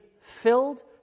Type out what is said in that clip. filled